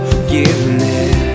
Forgiveness